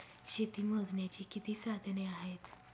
शेती मोजण्याची किती साधने आहेत?